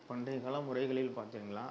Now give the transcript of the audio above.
பண்டைய கால முறைகளில் பார்த்திங்களா